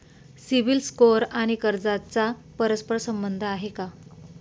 CIBIL score आणि कर्जाचा परस्पर संबंध आहे का?